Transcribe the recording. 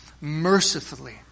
mercifully